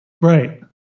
Right